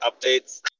updates